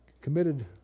committed